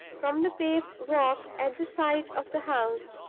from the paved walk at the side of the house,